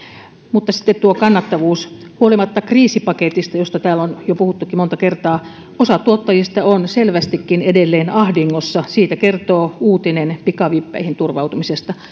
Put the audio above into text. mutta sitten tuo kannattavuus huolimatta kriisipaketista josta täällä on jo puhuttukin monta kertaa osa tuottajista on selvästikin edelleen ahdingossa siitä kertoo uutinen pikavippeihin turvautumisesta